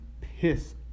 piss